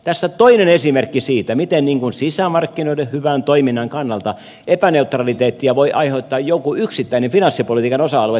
tässä toinen esimerkki siitä miten sisämarkkinoiden hyvän toiminnan kannalta epäneutraliteettia voi aiheuttaa joku yksittäinen finanssipolitiikan osa alue tässä tapauksessa verotus